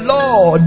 Lord